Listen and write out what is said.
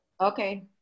Okay